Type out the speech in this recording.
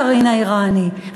הגרעין האיראני,